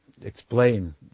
explain